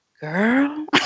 girl